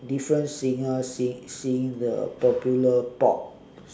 different singers sing singing the popular pop